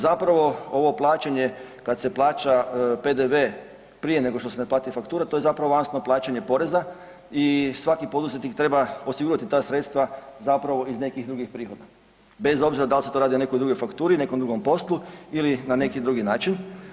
Zapravo ovo plaćanje kada se plaća PDV-e prije nego što se ne plati faktura to je zapravo avansno plaćanje poreza i svaki poduzetnik treba osigurati ta sredstva zapravo iz nekih drugih prihoda bez obzira da li se to radi o nekoj drugoj fakturi, nekom drugom poslu ili na neki drugi način.